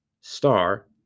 star